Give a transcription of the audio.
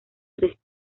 tres